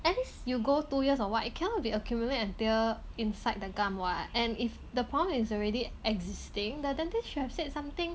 at least you go two years or what it cannot be accumulate until inside the gum what and if the problem is already existing the dentist should have said something